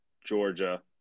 Georgia